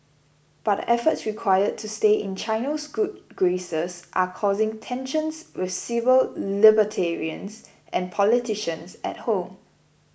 but the efforts required to stay in China's good graces are causing tensions with civil libertarians and politicians at home